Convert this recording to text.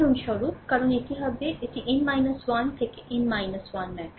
উদাহরণস্বরূপ কারণ এটি হবে এটি n 1 থেকে n 1 ম্যাট্রিক্স